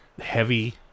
heavy